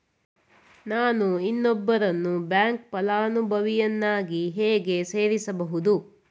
ನಾನು ಇನ್ನೊಬ್ಬರನ್ನು ಬ್ಯಾಂಕ್ ಫಲಾನುಭವಿಯನ್ನಾಗಿ ಹೇಗೆ ಸೇರಿಸಬಹುದು?